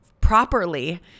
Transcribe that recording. properly